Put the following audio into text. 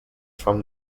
from